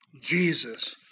Jesus